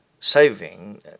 saving